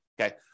okay